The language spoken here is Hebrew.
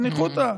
בניחותא.